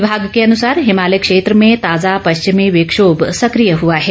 विभाग के अनुसार हिमालय क्षेत्र में ताजा पश्चिमी विक्षोभ सक्रिय हुआ है